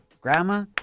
grandma